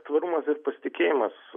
tvarumas ir pasitikėjimas